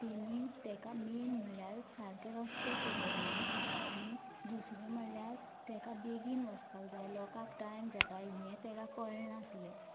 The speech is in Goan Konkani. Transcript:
तेणीन तेका मेन म्हळ्यार सारके रस्ते खबर ना आनी दुसरें म्हळ्यार तेका बेगीन वचपाक जाय लोकांक टायम जाता हें तेका कळ्ळें नासलें